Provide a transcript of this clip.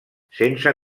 sense